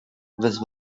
with